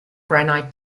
granite